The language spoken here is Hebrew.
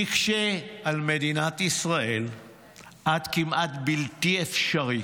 יקשה על מדינת ישראל עד כמעט בלתי אפשרי